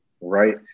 Right